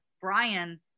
brian